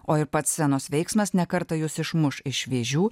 o ir pats scenos veiksmas ne kartą jus išmuš iš vėžių